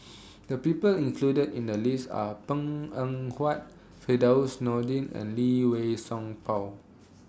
The People included in The list Are Png Eng Huat Firdaus Nordin and Lee Wei Song Paul